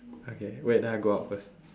okay wait then I go out first